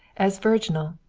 as virginal,